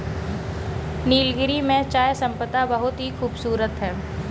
नीलगिरी में चाय संपदा बहुत ही खूबसूरत है